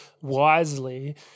wisely